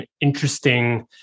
interesting